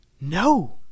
No